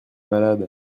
malade